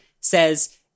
says